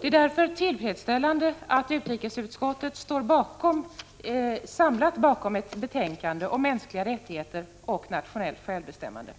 Det är därför tillfredsställande att utrikesutskottet står samlat bakom ett betänkande om mänskliga rättigheter och nationellt självbestämmande.